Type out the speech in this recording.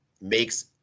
makes